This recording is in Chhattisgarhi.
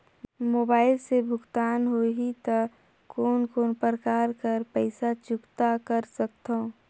मोबाइल से भुगतान होहि त कोन कोन प्रकार कर पईसा चुकता कर सकथव?